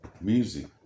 music